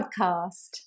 podcast